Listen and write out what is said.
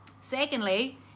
Secondly